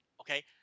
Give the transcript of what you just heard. Okay